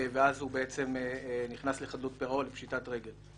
ואז הוא נכנס לחדלות פירעון, לפשיטת רגל.